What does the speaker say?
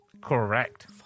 Correct